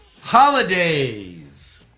Holidays